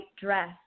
dress